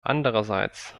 andererseits